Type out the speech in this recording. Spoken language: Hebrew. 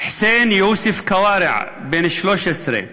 חוסיין יוסף כוארע, בן 13,